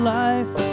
life